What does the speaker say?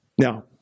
Now